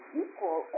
equal